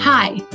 Hi